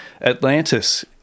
Atlantis